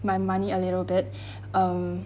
my money a little bit um